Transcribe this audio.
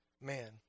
man